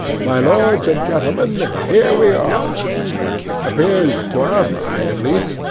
my lords and gentlemen, here we are appears, to our mind at least,